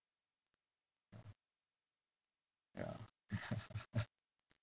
yeah